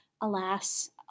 alas